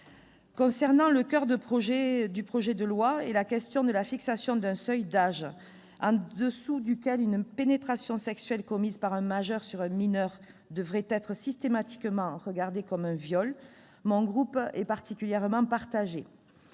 Concernant le coeur du projet de loi et la question de la fixation d'un seuil d'âge en dessous duquel une pénétration sexuelle commise par un majeur sur un mineur devrait être systématiquement regardée comme un viol, mon groupe est particulièrement partagé.